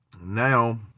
now